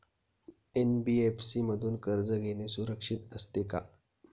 NBFC मधून कर्ज घेणे सुरक्षित असते का?